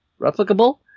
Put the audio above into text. replicable